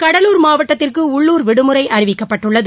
கடலூர் மாவட்டத்திற்கு உள்ளூர் விடுமுறை அறிவிக்கப்பட்டுள்ளது